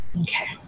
Okay